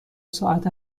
ساعت